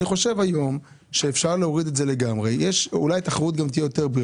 אני חושב היום שאפשר להוריד את זה לגמרי ואולי תהיה יותר תחרות.